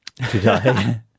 today